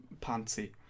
Pantsy